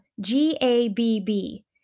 G-A-B-B